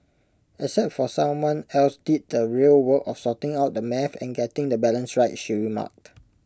except for someone else did the real work of sorting out the math and getting the balance right she remarked